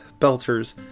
Belters